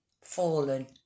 Fallen